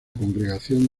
congregación